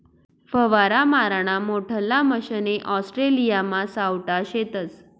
फवारा माराना मोठल्ला मशने ऑस्ट्रेलियामा सावठा शेतस